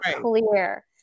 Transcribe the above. clear